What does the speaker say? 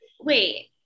Wait